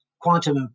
quantum